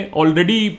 already